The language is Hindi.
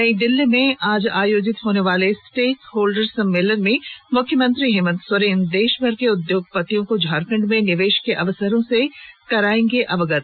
नई दिल्ली में आज आयोजित होने वाले स्टेकहोल्डर सम्मेलन में मुख्यमंत्री हेमंत सोरेन देशभर के उद्योगपतियों को झारखंड में निवेश के अवसरों से कराएंगे अवगत